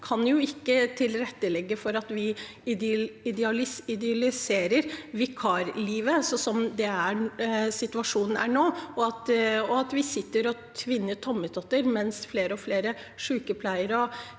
kan ikke tilrettelegge for at vi idylliserer vikarlivet sånn som situasjonen er nå, og at vi sitter og tvinner tommeltotter mens flere og flere sykepleiere